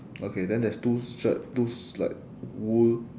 okay then there's two shirt looks like wool